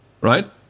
right